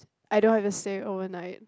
I don't have to stay overnight